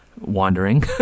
wandering